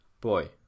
Boy